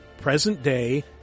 present-day